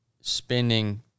spending